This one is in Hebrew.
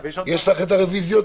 יש לך את הרוויזיות?